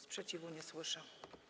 Sprzeciwu nie słyszę.